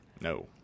no